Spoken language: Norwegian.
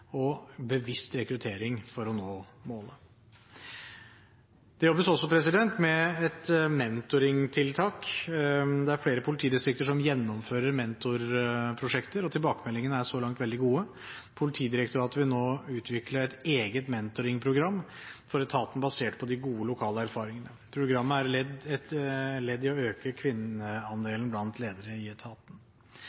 og bevisst rekruttering for å nå målet. Det jobbes også med et mentoringtiltak. Det er flere politidistrikter som gjennomfører mentorprosjekter, og tilbakemeldingene er så langt veldig gode. Politidirektoratet vil nå utvikle et eget mentoringprogram for etaten basert på de gode lokale erfaringene. Programmet er et ledd i å øke